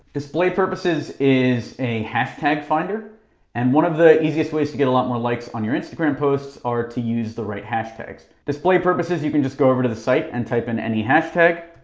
display purposes is a hashtag-finder and one of the easiest ways to get a lot more likes on your instagram posts are to use the right hashtags. display purposes, you can just go over the site and type in any hashtag.